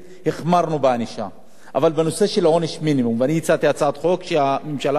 ואני הצעתי הצעת חוק לקבוע עונש מינימום והממשלה דחתה אותה.